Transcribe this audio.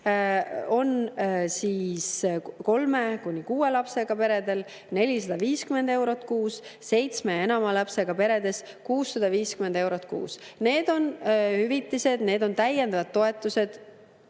on kolme kuni kuue lapsega peredele 450 eurot kuus, seitsme ja enama lapsega peredele 650 eurot kuus. Need on hüvitised, need on täiendavad toetused.